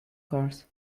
course